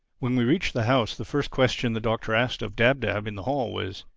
when we reached the house the first question the doctor asked of dab-dab in the hall was,